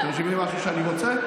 אתם משיבים לי משהו שאני רוצה?